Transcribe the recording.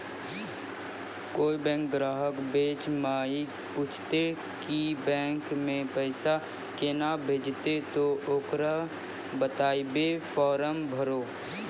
कोय बैंक ग्राहक बेंच माई पुछते की बैंक मे पेसा केना भेजेते ते ओकरा बताइबै फॉर्म भरो